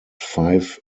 five